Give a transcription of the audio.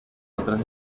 otras